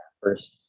first